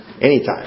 anytime